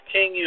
King